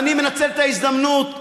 ואני מנצל את ההזדמנות,